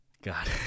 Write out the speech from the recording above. God